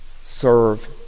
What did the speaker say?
serve